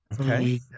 Okay